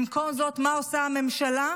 במקום זאת, מה עושה הממשלה?